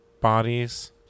bodies